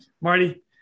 Marty